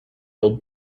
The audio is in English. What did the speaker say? old